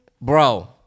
Bro